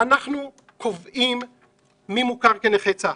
אנחנו קובעים מי מוכר כנכה צה"ל,